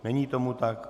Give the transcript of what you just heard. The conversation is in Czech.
Není tomu tak.